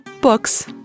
Books